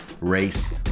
race